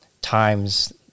times